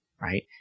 right